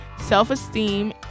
self-esteem